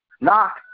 Knock